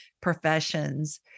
professions